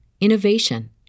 innovation